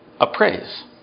Appraise